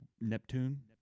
Neptune